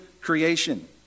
creation